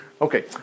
Okay